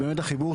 בהתחלה